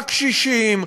הקשישים,